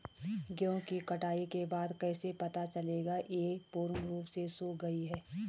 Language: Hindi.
गेहूँ की कटाई के बाद कैसे पता चलेगा ये पूर्ण रूप से सूख गए हैं?